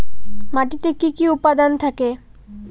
মাটিতে কি কি উপাদান থাকে?